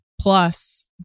plus